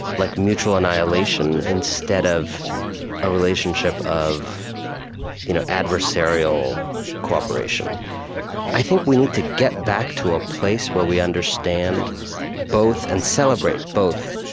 like mutual annihilation, instead of a relationship of you know adversarial cooperation i think we need to get back to a place where we understand both and celebrate both